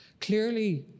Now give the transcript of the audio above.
Clearly